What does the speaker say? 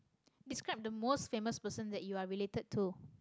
describe the most famous person that you are related to